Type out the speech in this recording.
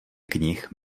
knih